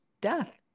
death